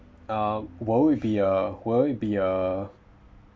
uh will it be a will it be a